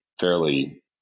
fairly